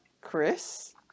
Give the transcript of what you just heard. Chris